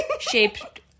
shaped